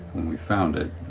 when we found it,